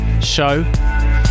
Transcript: show